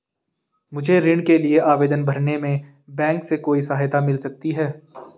मुझे ऋण के लिए आवेदन भरने में बैंक से कोई सहायता मिल सकती है?